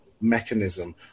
mechanism